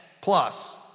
Plus